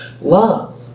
love